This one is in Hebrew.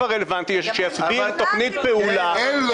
הרלוונטי שיציג תוכנית פעולה -- אבל אין לו.